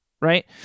right